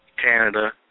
Canada